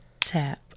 tap